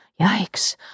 Yikes